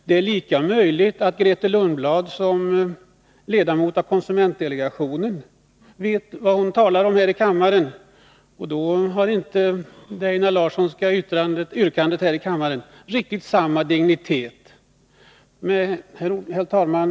Det är lika möjligt att Grethe Lundblad som ledamot av konsumentdelegationen vet vad hon talar om, och då har inte det Einar Larssonska yrkandet här i kammaren riktigt samma dignitet. Herr talman!